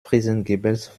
friesengiebels